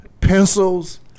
Pencils